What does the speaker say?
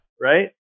Right